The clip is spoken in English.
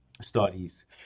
studies